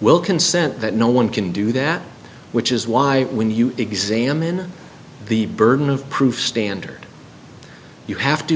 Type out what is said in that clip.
will consent that no one can do that which is why when you examine the burden of proof standard you have to